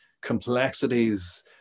complexities